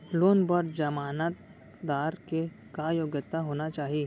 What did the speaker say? Loan बर जमानतदार के का योग्यता होना चाही?